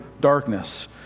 darkness